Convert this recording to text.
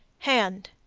hand.